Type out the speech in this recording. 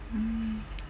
mm